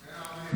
1 49 נתקבלו.